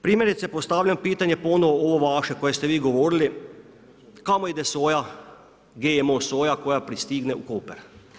Primjerice postavljam pitanje ponovno ovo vaše koje ste vi govorili, kamo ide GMO soja koja pristigne u Koper?